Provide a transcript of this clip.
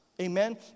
Amen